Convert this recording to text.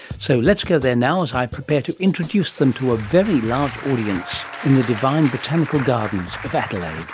so let's go there now as i prepare to introduce them to a very large audience in the divine botanical gardens of adelaide.